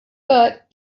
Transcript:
but